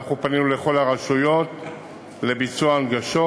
אנחנו פנינו לכל הרשויות לביצוע הנגשות,